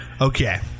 Okay